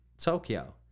Tokyo